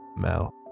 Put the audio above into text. Mel